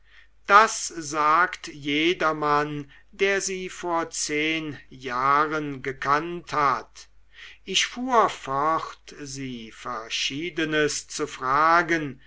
das sagt jedermann der sie vor zehen jahren gekannt hat ich fuhr fort sie verschiedenes zu fragen